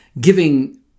giving